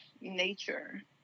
nature